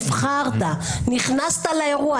נבחרת נכנסת לאירוע.